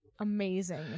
amazing